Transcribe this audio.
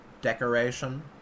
decoration